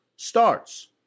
starts